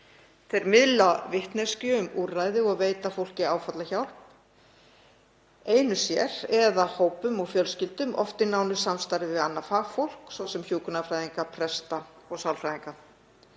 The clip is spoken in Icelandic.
Þeir miðla vitneskju um úrræði og veita fólki áfallahjálp, einu sér eða hópum og fjölskyldum, oft í nánu samstarfi við annað fagfólk, svo sem hjúkrunarfræðinga, presta og sálfræðinga.